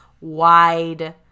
wide